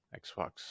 Xbox